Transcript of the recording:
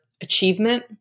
achievement